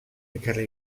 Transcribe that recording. ekarri